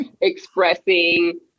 expressing